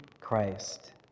Christ